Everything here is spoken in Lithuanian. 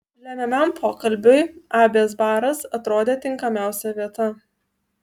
lemiamam pokalbiui abės baras atrodė tinkamiausia vieta